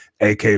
AK